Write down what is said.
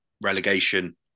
relegation